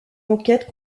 enquêtes